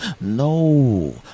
No